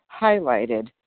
highlighted